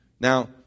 Now